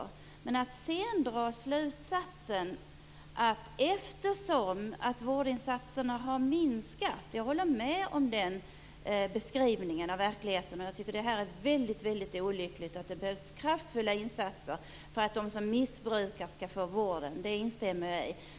Vårdinsatserna har minskat - den beskrivningen av verkligheten håller jag i och för sig med om, och jag tycker att detta är väldigt olyckligt. Det behövs kraftfulla insatser för att de som missbrukar skall få vård. Det instämmer jag i.